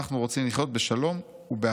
אנחנו רוצים לחיות בשלום ובאחווה,